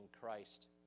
Christ